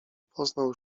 poznał